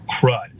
crud